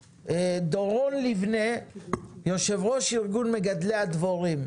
אם חסרים לנו דבורים,